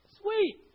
Sweet